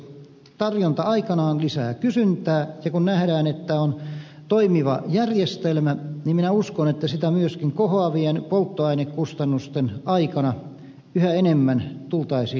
tarjonta aikanaan lisää kysyntää ja kun nähdään että on toimiva järjestelmä niin minä uskon että sitä myöskin kohoavien polttoainekustannusten aikana yhä enemmän tultaisiin käyttämään